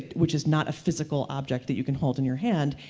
which is not a physical object that you can hold in your hand.